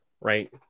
right